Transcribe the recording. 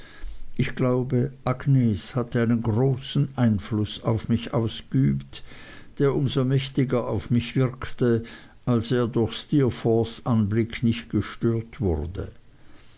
ich glaube agnes hatte einen großen einfluß auf mich ausgeübt der um so mächtiger auf mich wirkte als er durch steerforths anblick nicht gestört wurde